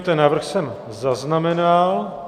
Ten návrh jsem zaznamenal.